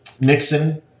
Nixon